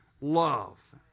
love